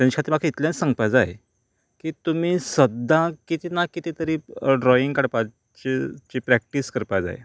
तेंच्या खातीर म्हाका इतलेंच सांगपाक जाय की तुमीं सद्दां कितें ना कितें तरी ड्रॉईंग काडपाची ची प्रॅक्टीस करपाक जाय